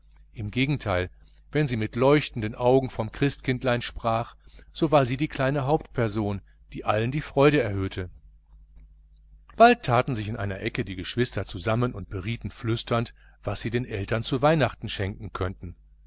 im gegenteil wenn sie mit leuchtenden augen vom christkindlein sprach so war sie die kleine hauptperson die allen die freude erhöhte bald taten sich in einer ecke die geschwister zusammen und berieten flüsternd was sie den eltern zu weihnachten schenken könnten